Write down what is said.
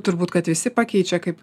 turbūt kad visi pakeičia kaip